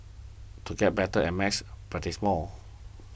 to get better at maths practise more